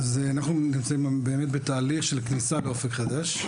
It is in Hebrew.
אז אנחנו נמצאים באמת בתהליך של כניסה לאופק חדש,